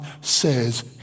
says